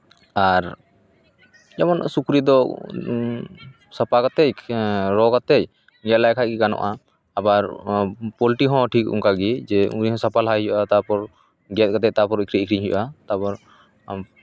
ᱟᱨ ᱥᱩᱠᱨᱤ ᱫᱚ ᱥᱟᱯᱷᱟ ᱠᱟᱛᱮᱜ ᱨᱚ ᱠᱟᱛᱮᱜ ᱜᱮᱫ ᱞᱮᱠᱷᱟᱱ ᱜᱮ ᱜᱟᱱᱚᱜᱼᱟ ᱟᱵᱟᱨ ᱚᱱᱟ ᱯᱳᱞᱴᱤ ᱦᱚᱸ ᱴᱷᱤᱠ ᱚᱱᱠᱟ ᱜᱮ ᱡᱮ ᱩᱱᱤ ᱦᱚᱸ ᱥᱟᱯᱷᱟ ᱞᱟᱦᱟᱭᱮ ᱦᱩᱭᱩᱜᱼᱟ ᱛᱟᱨᱯᱚᱨ ᱜᱮᱫ ᱠᱟᱛᱮᱜ ᱛᱟᱨᱯᱚᱨ ᱟᱹᱠᱷᱨᱤᱧ ᱦᱩᱭᱩᱜᱼᱟ ᱛᱟᱨᱯᱚᱨ